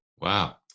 Wow